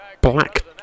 black